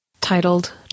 titled